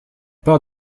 port